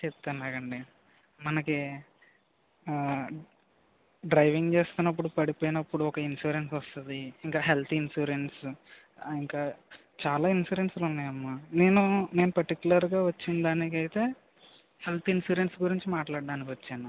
చెప్తాను ఆగండి మనకి డ్రైవింగ్ చేస్తున్నపుడు పడిపోయినప్పుడు ఒక ఇన్సూరెన్స్ వస్తుంది ఇంకా హెల్త్ ఇన్సూరెన్స్ ఆ ఇంకా చాలా ఇన్సూరెన్స్లు ఉన్నాయి అమ్మ నేను నేను పర్టిక్యులర్గా వచ్చిన దానికి అయితే హెల్త్ ఇన్సూరెన్స్ గురించి మాట్లాడటానికి వచ్చాను